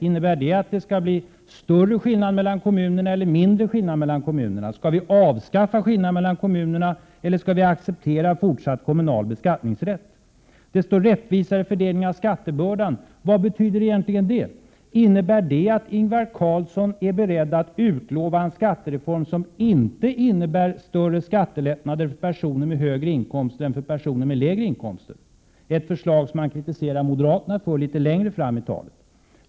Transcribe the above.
Skall det bli större eller mindre skillnader mellan kommunerna? Skall skillnaderna mellan kommunerna avskaffas, eller skall kommunal beskattningsrätt accepteras i fortsättningen? ”Rättvisare fördelning av skattebördan” — vad betyder det? Innebär det att Ingvar Carlsson är beredd att utlova en skattereform som inte ger större skattelättnader för personer med högre inkomster än för personer med lägre inkomster? Det är ett förslag som han kritiserar moderaterna för litet längre fram i anförandet.